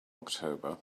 october